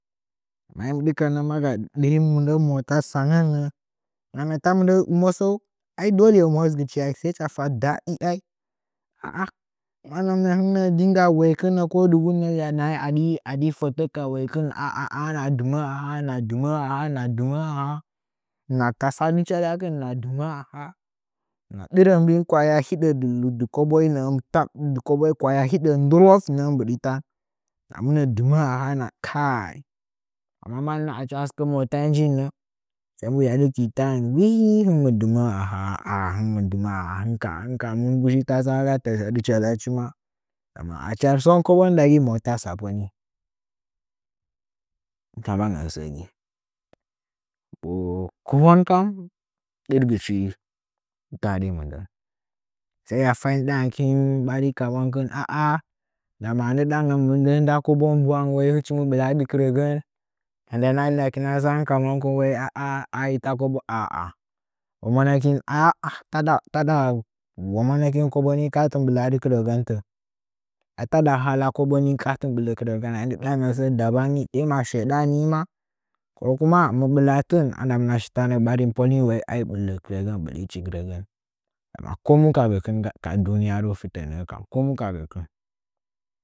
Maga ɗɨri mɨndɚn mota gangɚ mannɚ ta mɨndɚn ɨmosɚu ai dole ɨmosgɨchi ai sai cha fa daɗi ai kaa ma hɨn nɚɚ hin kɚ’dlugu hɨya nahai a di fɚtɚ ka waiktn ana dɨmɚ a hala hɨna dɨmɚɚ aha’a hɨna ɗɨrɚ mbi in kwaya hɨdɚ dɨ ko bonyi kwaya hiɗa mbiɗi ndɨloz nɚɚ mbɨɗi tan hɨna mɨna dɨmɚɚ aha a kai mannɚ achi a sɨka motanyi mjin hɨn mɨ dɨ mɚɚ ahaa hɨn kam tase hala tasadɨ chalyachi ma achi sɚn kobon ndagi mota tsappɚ ni tsamagɨna sɚ gi kobon ka ɗɨrgɨchi dade mɨndɚn sai ya fa inɗangɚkin ɓarin ka monkin aa ndama ndɨɗangɚn mɨndɚn nda kobon bwang wai hɨchin ɓɨladɨ kɨrɚgɚn a ndakina nzon ka monkin aa ai ta kobo aa mannɚtsu taɗa taɗa ma mwa nakin koba katinka ɓɨladɨ kɨro gɚn te ataɗa halla koboni kaatin ka ɓɨle kɨrɚgɚn ai ndɨɗa ngɚ sɚ daban tema sheɗan nima kokuma mɨ ɓɨlattɨn hɨmɨna tana ɓarin polin ai ɓɨle kɨrɚgɚn ɓɨlichi kɨrɚgɚn ndama kome ka gɚkin ka duniyaru fito nɚɚ kam komon ka gɚkɨn.